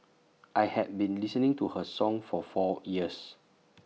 I have been listening to her song for four years